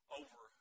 over